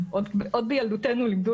כדי שיגיד לנו אם הוא יודע